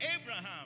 Abraham